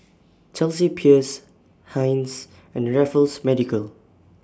Chelsea Peers Heinz and Raffles Medical